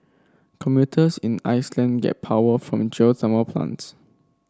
computers in Iceland get power from geothermal plants